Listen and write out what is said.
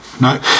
No